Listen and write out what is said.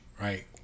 right